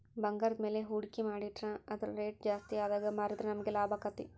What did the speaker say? ಭಂಗಾರದ್ಮ್ಯಾಲೆ ಹೂಡ್ಕಿ ಮಾಡಿಟ್ರ ಅದರ್ ರೆಟ್ ಜಾಸ್ತಿಆದಾಗ್ ಮಾರಿದ್ರ ನಮಗ್ ಲಾಭಾಕ್ತೇತಿ